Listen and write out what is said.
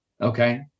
Okay